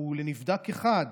הוא לנבדק אחד.